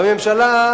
והממשלה,